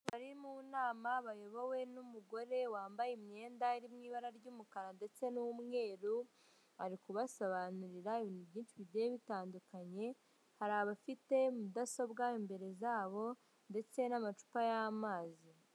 Bari mu nama bayobowe n'umugore wambaye imyenda iri mu ibara ry'umukara ndetse n'umweru ari kuba sobanurira ibintu byinshi byari bitandukanye hari abafite mudasobwa imbere yabo ndetse n'amacupa y'amazi.